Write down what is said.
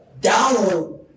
download